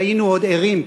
כשהיינו עוד ערים,